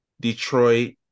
detroit